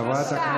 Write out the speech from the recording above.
בושה.